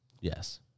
Yes